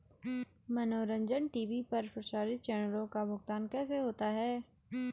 मनोरंजन टी.वी पर प्रसारित चैनलों का भुगतान कैसे होता है?